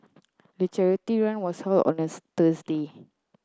the charity run was held on a Tuesday